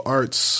arts